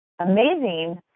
amazing